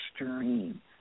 extreme